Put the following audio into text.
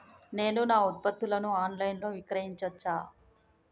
నేను నా ఉత్పత్తులను ఆన్ లైన్ లో విక్రయించచ్చా?